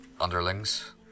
underlings